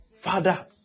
father